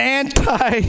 anti